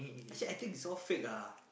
I said I think it's all fake lah